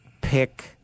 pick